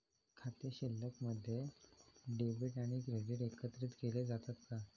खाते शिल्लकमध्ये डेबिट आणि क्रेडिट एकत्रित केले जातात का?